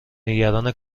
نگران